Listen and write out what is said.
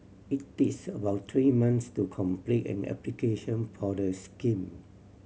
it takes about three months to complete an application for the scheme